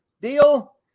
deal